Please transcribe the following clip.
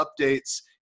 updates